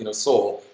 you know soul.